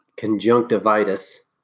conjunctivitis